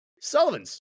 Sullivan's